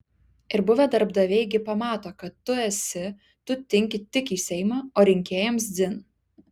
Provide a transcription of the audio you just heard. ir buvę darbdaviai gi pamato kad tu esi tu tinki tik į seimą o rinkėjams dzin